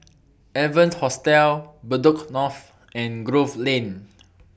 Evans Hostel Bedok North and Grove Lane